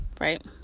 right